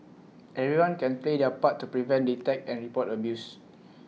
everyone can play their part to prevent detect and report abuse